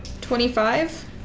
Twenty-five